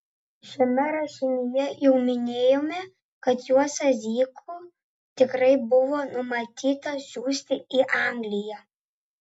šiame rašinyje jau minėjome kad juozą zykų tikrai buvo numatyta siųsti į angliją